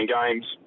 games